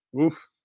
Oof